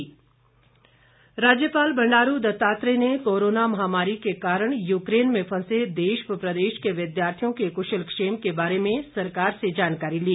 राज्यपाल राज्यपाल बंडारू दत्तात्रेय ने कोरोना महामारी के कारण यूकेन में फंसे देश व प्रदेश के विद्यार्थियों के कुशलक्षेम के बारे में सरकार से जानकारी ली